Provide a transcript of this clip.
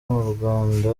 murwanda